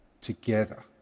together